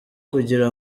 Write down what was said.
kugira